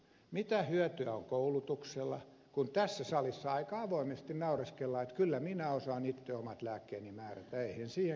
mitä hyötyä on koulutuksesta kun tässä salissa aika avoimesti naureskellaan että kyllä minä osaan itse omat lääkkeeni määrätä eihän siihen ketään tarvita avuksi